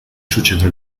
società